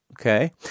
Okay